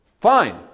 fine